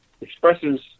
expresses